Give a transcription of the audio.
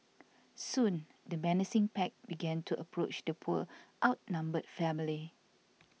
soon the menacing pack began to approach the poor outnumbered family